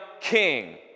king